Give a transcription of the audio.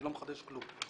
אני לא מחדש כלום.